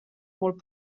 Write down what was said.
molt